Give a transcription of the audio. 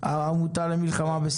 העמותה למלחמה בספאם.